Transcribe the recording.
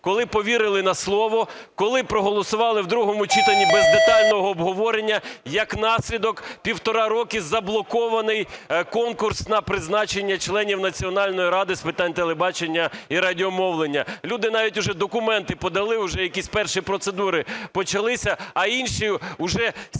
коли повірили на слово, коли проголосували у другому читанні без детального обговорення. Як наслідок, півтора року заблокований конкурс на призначення членів Національної ради з питань телебачення і радіомовлення. Люди навіть уже документи подали, вже якісь перші процедури почалися, а інші вже 7